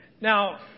Now